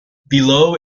below